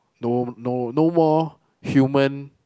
no no no more human